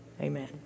Amen